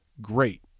great